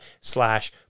slash